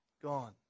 Gone